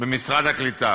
במשרד העלייה והקליטה.